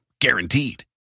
Guaranteed